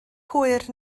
hwyr